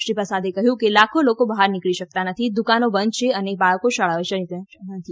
શ્રી પ્રસાદે કહ્યું કે લાખો લોકો બહાર નીકળી શકતા નથી દુકાનો બંધ છે અને બાળકો શાળાઓ જઇ શકતા નથી